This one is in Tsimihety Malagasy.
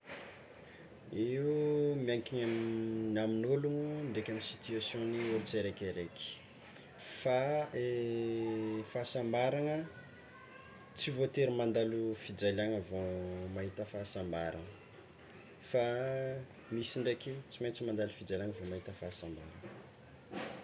Io miankigny amy amin'ôlogno ndraiky amy situation'ny ôlo tsy araikaraiky fa fahasambarana tsy voatery mandalo fijaliàgna vao mahita fahasambaragna fa misy ndraiky tsy maintsy mandalo fijaliàgna vao mahita fahasambarana.